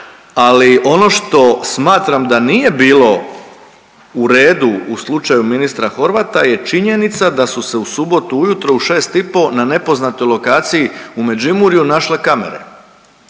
ali ono što smatram da nije bilo u redu u slučaju ministra Horvata je činjenica da su se u subotu u šest i po na nepoznatoj lokaciji u Međimurju našle kamere.